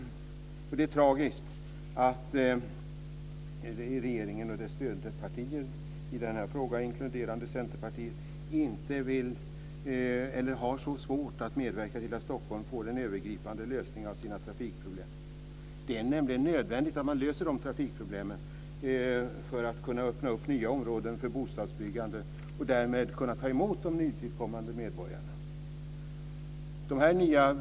Det är tragiskt att regeringen och dess stödpartier, i den här frågan inkluderande Centerpartiet, har så svårt att medverka till att Stockholm får en övergripande lösning på trafikproblemen. Det är nödvändigt att lösa trafikproblemen för att kunna öppna nya områden för bostadsbyggande och därmed kunna ta emot de nytillkommande medborgarna.